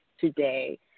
today